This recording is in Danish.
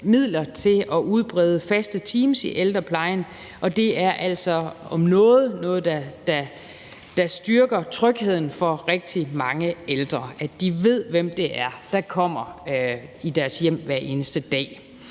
midler til at udbrede faste teams i ældreplejen, og det er altså om om noget noget, der styrker trygheden for rigtig mange ældre, altså at de ved, hvem det er, der kommer i deres hjem hver eneste dag.